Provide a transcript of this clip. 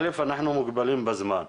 קודם כל אנחנו מוגבלים בזמן,